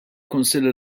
kunsilli